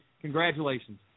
Congratulations